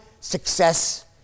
success